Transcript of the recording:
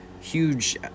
huge